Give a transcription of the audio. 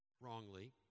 wrongly